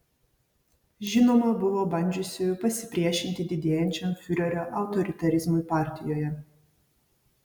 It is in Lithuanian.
žinoma buvo bandžiusiųjų pasipriešinti didėjančiam fiurerio autoritarizmui partijoje